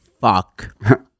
fuck